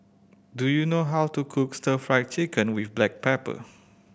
do you know how to cook Stir Fry Chicken with black pepper